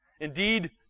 Indeed